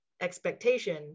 expectation